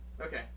Okay